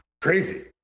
crazy